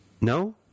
No